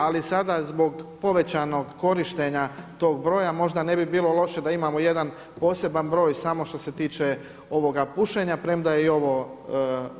Ali sada zbog povećanog korištenja tog broja možda ne bi bilo loše da imamo jedan poseban broj samo što se tiče ovoga pušenja, premda je i ovo dobar potez.